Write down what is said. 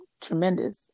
tremendous